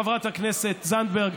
חברת הכנסת זנדברג,